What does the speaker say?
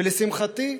ולשמחתי,